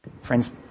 Friends